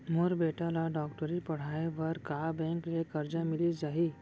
मोर बेटा ल डॉक्टरी पढ़ाये बर का बैंक ले करजा मिलिस जाही?